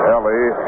Ellie